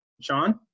Sean